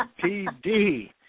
PD